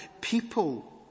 people